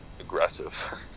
aggressive